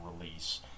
release